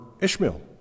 Ishmael